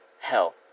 hell